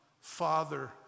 Father